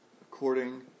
according